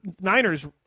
Niners